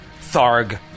Tharg